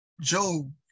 Job